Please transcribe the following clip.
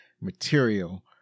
material